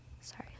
Sorry